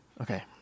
okay